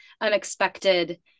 unexpected